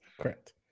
correct